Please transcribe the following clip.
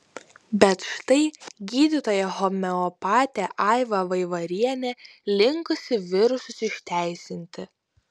bet štai gydytoja homeopatė aiva vaivarienė linkusi virusus išteisinti